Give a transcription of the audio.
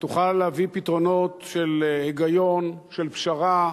שתוכל להביא פתרונות של היגיון, של פשרה,